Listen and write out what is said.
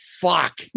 fuck